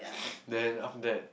then after that